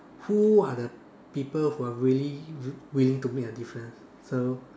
who are the people who are really willing to make a difference so